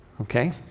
okay